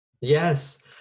Yes